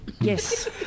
Yes